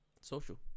Social